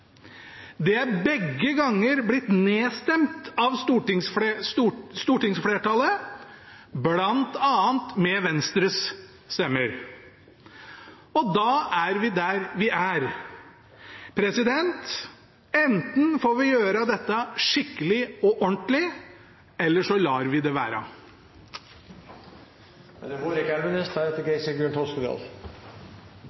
Det er begge ganger blitt nedstemt av stortingsflertallet, bl.a. med Venstres stemmer. Og da er vi der vi er. Enten får vi gjøre dette skikkelig og ordentlig, eller så lar vi det være.